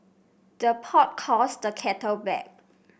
the pot calls the kettle black